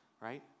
right